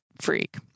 freak